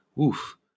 Oof